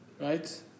right